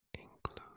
include